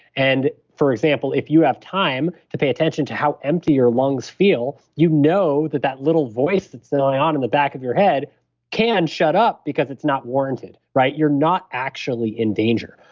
and for example, if you have time to pay attention to how empty your lungs feel, you know that, that little voice that's been going on in the back of your head can shut up because it's not warranted, right? you're not actually in danger.